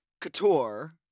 couture